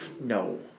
No